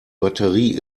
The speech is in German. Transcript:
batterie